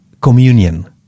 communion